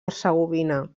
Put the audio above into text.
hercegovina